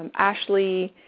and ashley,